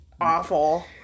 awful